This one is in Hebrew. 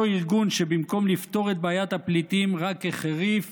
אותו ארגון שבמקום לפתור את בעיית הפליטים רק החריף